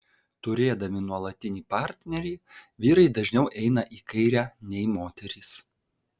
turėdami nuolatinį partnerį vyrai dažniau eina į kairę nei moterys